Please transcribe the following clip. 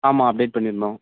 ஆமாம் அப்டேட் பண்ணிருந்தோம்